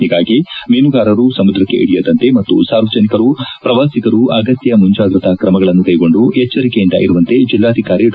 ಹೀಗಾಗಿ ಮೀನುಗಾರರು ಸಮುದ್ರಕ್ಷೆ ಇಳಿಯದಂತೆ ಮತ್ತು ಸಾರ್ವಜನಿಕರು ಪ್ರವಾಸಿಗರು ಅಗತ್ಯ ಮುಂಜಾಗ್ರತಾ ಕ್ರಮಗಳನ್ನು ಕ್ಟೆಗೊಂಡು ಎಚ್ದರಿಕೆಯುಂದ ಇರುವಂತೆ ಜಿಲ್ಲಾಧಿಕಾರಿ ಡಾ